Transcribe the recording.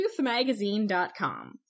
truthmagazine.com